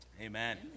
Amen